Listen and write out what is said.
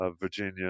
Virginia